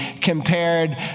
compared